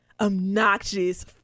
obnoxious